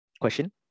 question